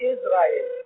Israel